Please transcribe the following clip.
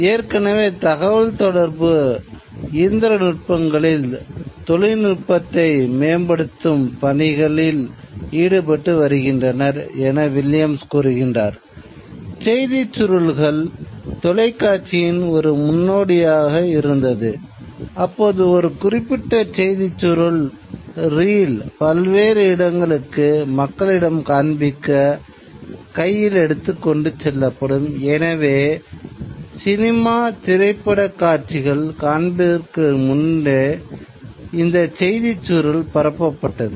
ஏற்கனவே தகவல்தொடர்பு இயந்திரநுட்பங்களில் பரப்பப்பட்டது